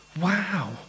Wow